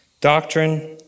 Doctrine